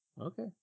Okay